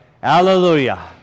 Hallelujah